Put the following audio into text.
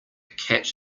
cat